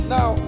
Now